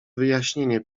wyjaśnienie